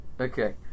Okay